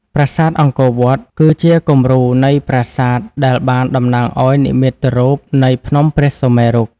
ប្រាសាទអង្គរវត្តគឺជាគំរូនៃប្រាសាទដែលបានតំណាងឲ្យនិមិត្តរូបនៃភ្នំព្រះសុមេរុ។